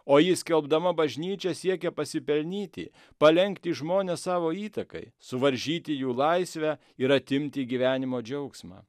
o jį skelbdama bažnyčia siekia pasipelnyti palenkti žmones savo įtakai suvaržyti jų laisvę ir atimti gyvenimo džiaugsmą